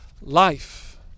life